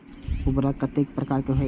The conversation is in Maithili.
उर्वरक कतेक प्रकार के होई छै?